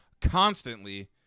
constantly